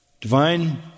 divine